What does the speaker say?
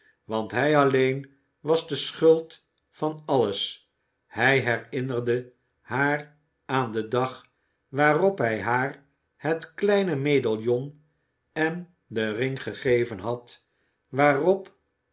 want hij alleen was de schuld van alles hij herinnerde haar aan den dag waarop hij haar het kleine medaillon en den ring gegeven had waarop